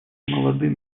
молодым